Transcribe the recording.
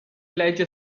legge